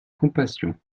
compassion